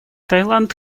таиланд